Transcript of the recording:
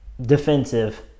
defensive